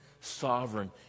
sovereign